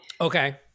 okay